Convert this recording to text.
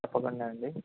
తప్పకుండా అండి